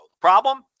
Problem